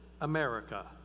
America